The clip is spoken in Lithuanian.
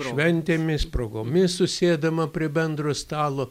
šventėmis progomis susėdama prie bendro stalo